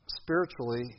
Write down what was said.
spiritually